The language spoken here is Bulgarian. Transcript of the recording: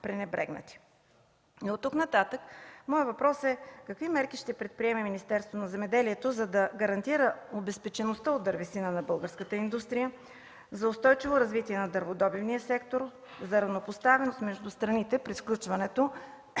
Оттук нататък въпросът ми е: какви мерки ще предприеме Министерството на земеделието, за да гарантира обезпечеността от дървесина на българската индустрия, за устойчиво развитие на дърводобивния сектор, за равнопоставеност между страните при сключването